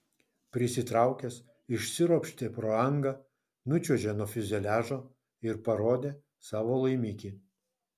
prisitraukęs išsiropštė pro angą nučiuožė nuo fiuzeliažo ir parodė savo laimikį